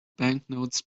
banknotes